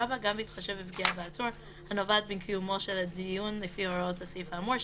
גם בהתחשב בפגיעה בעצור הנובעת מקיומו של הדיון לפי הוראות הסעיף האמור,